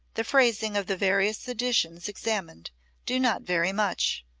the phrasing of the various editions examined do not vary much.